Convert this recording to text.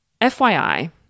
FYI